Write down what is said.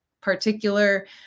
particular